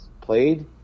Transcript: played